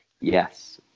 Yes